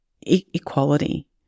equality